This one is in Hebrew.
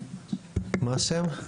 מה השם?